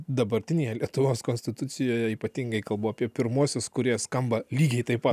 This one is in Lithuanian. dabartinėje lietuvos konstitucijoje ypatingai kalbu apie pirmuosius kurie skamba lygiai taip